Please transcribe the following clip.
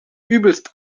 übelst